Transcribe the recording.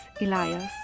Elias